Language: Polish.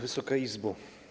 Wysoka Izbo!